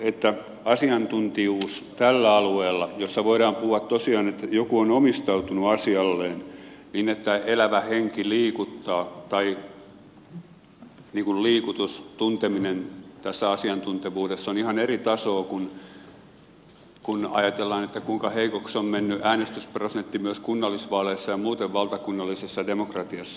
että asiantuntijuudesta tällä alueella voidaan puhua tosiaan että joku on omistautunut asialleen niin että elävä henki liikuttaa tai liikutus tunteminen tässä asiantuntevuudessa on ihan eri tasoa kun ajatellaan kuinka heikoksi on mennyt äänestysprosentti myös kunnallisvaaleissa ja muuten valtakunnallisessa demokratiassa